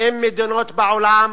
אם מדינות בעולם